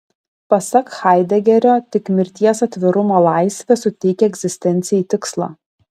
pasak haidegerio tik mirties atvirumo laisvė suteikia egzistencijai tikslą